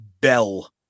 bell